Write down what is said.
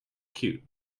cute